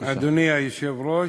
אדוני היושב-ראש,